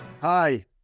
Hi